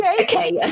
Okay